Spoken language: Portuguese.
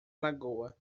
lagoa